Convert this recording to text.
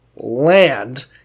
land